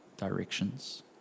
Directions